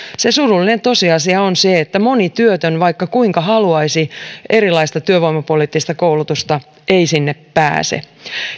surullinen tosiasia on se että moni työtön vaikka kuinka haluaisi erilaista työvoimapoliittista koulutusta ei sinne pääse